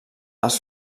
els